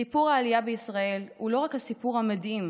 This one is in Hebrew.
סיפור העלייה בישראל הוא לא רק הסיפור המדהים